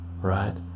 right